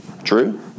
true